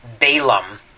Balaam